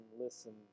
listen